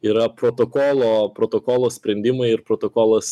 yra protokolo protokolo sprendimai ir protokolas